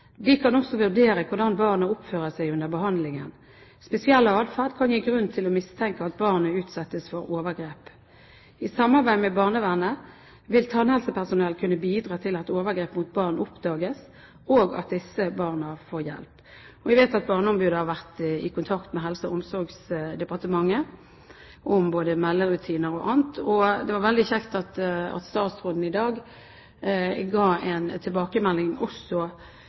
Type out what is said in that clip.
De kan også vurdere hvordan barnet oppfører seg under behandlingen. Spesiell atferd kan gi grunn til mistanke om at barnet utsettes for overgrep. I samarbeid med barnevernet vil tannhelsepersonell kunne bidra til at overgrep mot barn oppdages, og at disse barna får hjelp. Vi vet at Barneombudet har vært i kontakt med Helse- og omsorgsdepartementet om både melderutiner og annet. Det var veldig kjekt at statsråden i dag ga en tilbakemelding også